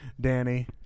Danny